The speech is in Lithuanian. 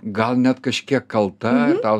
gal net kažkiek kalta ir tau